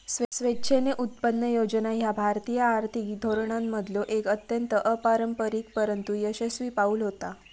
स्वेच्छेने उत्पन्न योजना ह्या भारतीय आर्थिक धोरणांमधलो एक अत्यंत अपारंपरिक परंतु यशस्वी पाऊल होता